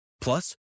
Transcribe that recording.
Plus